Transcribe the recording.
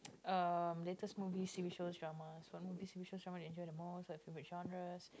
um latest movie T_V shows dramas what movies T_V shows dramas do you enjoy the most your favorite genres